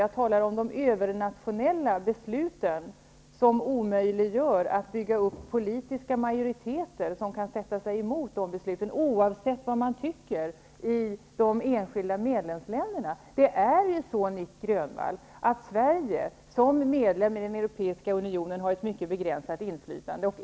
Jag talar om de övernationella besluten, vilka omöjliggör en uppbyggnad av politiska majoriteter som kan sätta sig emot de beslut som fattas -- oavsett vad man i de enskilda medlemsländerna tycker. Sverige som medlem i den europeiska unionen har faktiskt, Nic Grönvall, ett mycket begränsat inflytande.